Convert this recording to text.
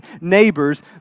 neighbors